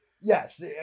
yes